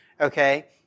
okay